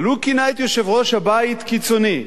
אבל הוא כינה את יושב-ראש הבית קיצוני,